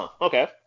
Okay